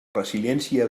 resiliència